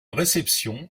réception